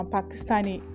Pakistani